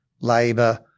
labour